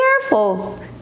careful